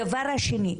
הדבר השני,